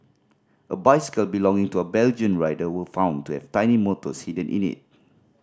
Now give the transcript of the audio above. a bicycle belonging to a Belgian rider were found to have tiny motors hidden in it